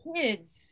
kids